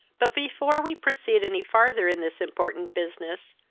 but, before we proceed any farther in this important business,